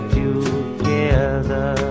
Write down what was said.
together